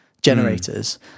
generators